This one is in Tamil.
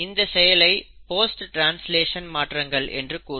இந்த செயலை போஸ்ட் ட்ரான்ஸ்லேஷனல் மாற்றங்கள் என்று கூறுவர்